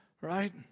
right